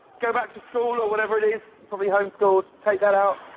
go back to school or whatever it is, probably home schooled, take that out.